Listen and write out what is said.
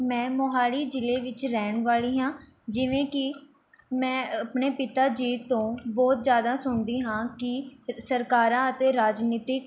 ਮੈਂ ਮੋਹਾਲੀ ਜ਼ਿਲ੍ਹੇ ਵਿੱਚ ਰਹਿਣ ਵਾਲੀ ਹਾਂ ਜਿਵੇਂ ਕਿ ਮੈਂ ਆਪਣੇ ਪਿਤਾ ਜੀ ਤੋਂ ਬਹੁਤ ਜ਼ਿਆਦਾ ਸੁਣਦੀ ਹਾਂ ਕਿ ਸਰਕਾਰਾਂ ਅਤੇ ਰਾਜਨੀਤਿਕ